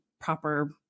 proper